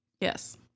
Yes